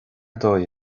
dóigh